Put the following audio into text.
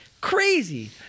crazy